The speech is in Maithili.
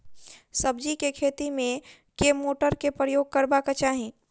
सब्जी केँ खेती मे केँ मोटर केँ प्रयोग करबाक चाहि?